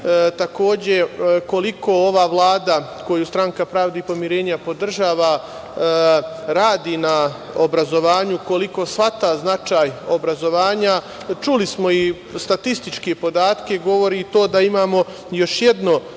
takođe koliko ova Vlada koju Stranka pravde i pomirenja podržava, radi na obrazovanju koliko shvata značaj obrazovanja, čuli smo i statističke podatke i govori i to da imamo još jedno